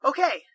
Okay